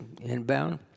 inbound